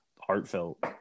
heartfelt